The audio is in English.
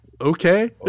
okay